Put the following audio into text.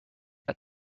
cut